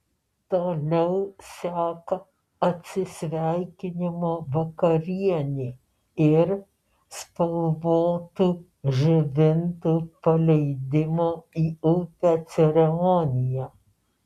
toliau seka atsisveikinimo vakarienė ir spalvotų žibintų paleidimo į upę ceremonija